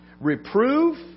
Reprove